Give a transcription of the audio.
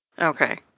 Okay